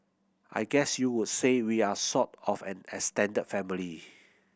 I guess you would say we are sort of an extended family